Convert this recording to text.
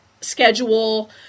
schedule